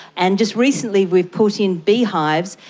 and just recently we've put in beehives.